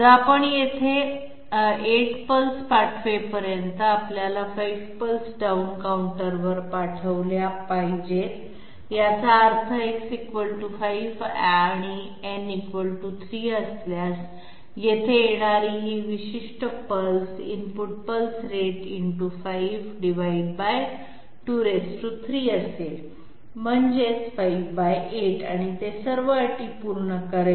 तर आपण येथे 8 पल्स पाठवेपर्यंत आपल्याला 5 पल्स डाउन काउंटरवर पाठवल्या पाहिजेत याचा अर्थ X 5 आणि n 3 असल्यास येथे येणारी ही विशिष्ट पल्स इनपुट पल्स रेट × 5 23 असेल म्हणजे 58 आणि ते सर्व अटी पूर्ण करेल